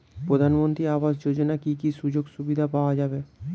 প্রধানমন্ত্রী আবাস যোজনা কি কি সুযোগ সুবিধা পাওয়া যাবে?